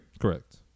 Correct